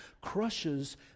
Crushes